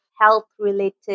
health-related